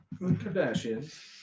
Kardashians